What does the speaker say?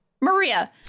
Maria